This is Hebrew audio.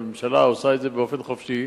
הממשלה עושה את זה באופן חופשי,